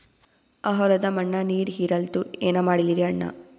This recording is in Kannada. ಆ ಹೊಲದ ಮಣ್ಣ ನೀರ್ ಹೀರಲ್ತು, ಏನ ಮಾಡಲಿರಿ ಅಣ್ಣಾ?